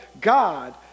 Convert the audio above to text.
God